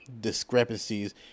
discrepancies